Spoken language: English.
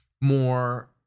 more